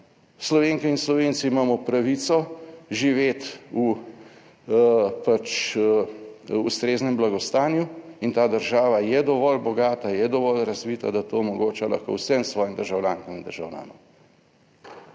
Slovenke in Slovenci imamo pravico živeti v pač ustreznem blagostanju in ta država je dovolj bogata, je dovolj razvita, da to omogoča lahko vsem svojim državljankam in državljanom.